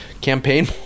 campaign